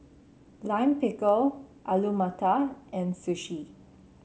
Lime Pickle Alu Matar and Sushi